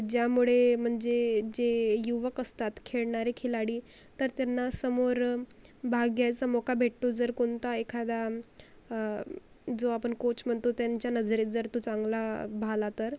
ज्यामुळे म्हणजे जे युवक असतात खेळणारे खिलाडी तर त्यांना समोर भाग घ्यायचा मोका भेटतो जर कोणता एखादा जो आपण कोच म्हणतो त्यांच्या नजरेत जर तो चांगला भाला तर